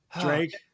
Drake